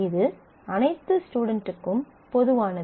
இது அனைத்து ஸ்டுடென்ட்டுக்கும் பொதுவானது